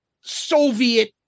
Soviet